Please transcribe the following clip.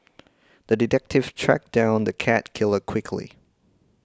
the detective tracked down the cat killer quickly